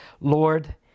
Lord